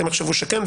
הם יחשבו שכן,